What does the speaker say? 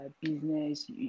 business